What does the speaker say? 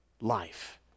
life